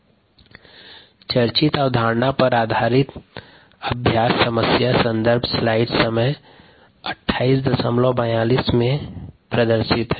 संदर्भ slide time 2842 चर्चित अवधारणा पर आधारित अभ्यास समस्या स्लाइड समय 2842 में प्रदर्शित है